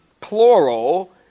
plural